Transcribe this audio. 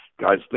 guys